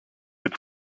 its